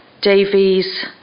Davies